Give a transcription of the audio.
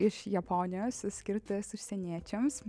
iš japonijos skirtas užsieniečiams